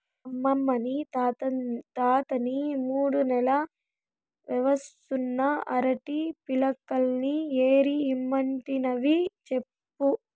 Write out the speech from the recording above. అమ్మనీ తాతని మూడు నెల్ల వయసున్న అరటి పిలకల్ని ఏరి ఇమ్మంటినని చెప్పు